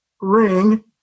ring